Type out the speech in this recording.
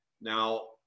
Now